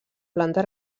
planta